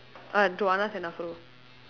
ah to and